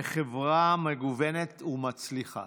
וחברה מגוונת ומצליחה.